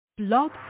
Blog